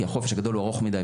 כי החופש הגדול הוא ארוך מדיי.